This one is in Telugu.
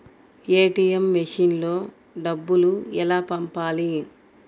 ఏ.టీ.ఎం మెషిన్లో డబ్బులు ఎలా పంపాలి?